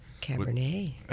cabernet